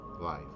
life